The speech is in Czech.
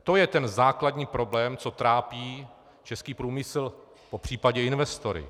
To je ten základní problém, co trápí český průmysl, popřípadě investory.